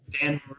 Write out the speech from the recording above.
Dan